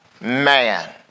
man